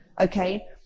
okay